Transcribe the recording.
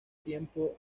tiempo